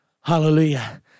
Hallelujah